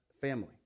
family